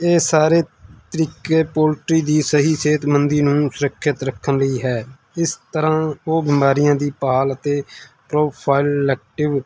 ਇਹ ਸਾਰੇ ਤਰੀਕੇ ਪੋਲਟਰੀ ਦੀ ਸਹੀ ਸਿਹਤਮੰਦੀ ਨੂੰ ਸੁਰੱਖਿਅਤ ਰੱਖਣ ਲਈ ਹੈ ਇਸ ਤਰ੍ਹਾਂ ਉਹ ਬਿਮਾਰੀਆਂ ਦੀ ਭਾਲ ਅਤੇ ਪ੍ਰੋਫਾਇਲ ਲੈਕਟਿਵ